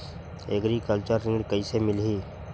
Agriculture ऋण कइसे मिलही?